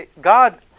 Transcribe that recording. God